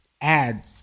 add